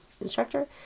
instructor